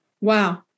Wow